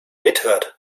mithört